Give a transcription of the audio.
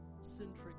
centric